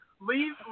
leave